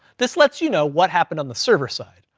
this lets you know what happened on the server side,